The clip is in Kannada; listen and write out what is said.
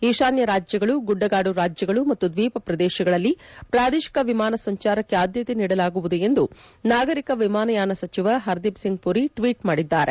ಈತಾನ್ಚ ರಾಜ್ಯಗಳು ಗುಡ್ಡಗಾಡು ರಾಜ್ಯಗಳು ಮತ್ತು ದ್ವೀಪ ಪ್ರದೇಶಗಳಲ್ಲಿ ಪ್ರಾದೇಶಿಕ ವಿಮಾನ ಸಂಚಾರಕ್ಕೆ ಆದ್ದತೆ ನೀಡಲಾಗುವುದು ಎಂದು ನಾಗರಿಕ ವಿಮಾನಯಾನ ಸಚಿವ ಹರ್ದೀಪ್ ಸಿಂಗ್ ಮರಿ ಟ್ವೀಟ್ ಮಾಡಿದ್ದಾರೆ